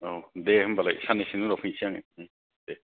औ दे होमबालाय साननैसोनि उनाव फैसै आङो उम दे